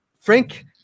Frank